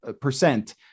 percent